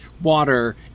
water